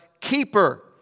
keeper